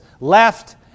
left